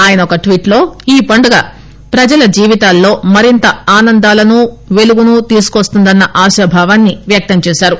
ఆయన ఒక ట్వీట్లో ఈ పండుగ ప్రజల జీవితాల్లో మరింత ఆనందాలను పెలుగును తీసుకువస్తుందన్న ఆశాభావాన్ని వ్యక్తం చేసారు